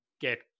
get